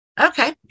Okay